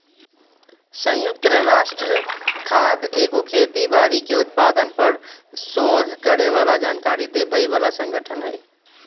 संयुक्त राष्ट्र खाद्य एगो खेती बाड़ी के उत्पादन पर सोध करे बला जानकारी देबय बला सँगठन हइ